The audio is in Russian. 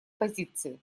позиции